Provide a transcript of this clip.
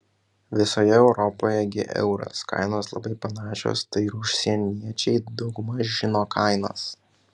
visoje europoje gi euras kainos labai panašios tai ir užsieniečiai daugmaž žino kainas